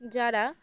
যারা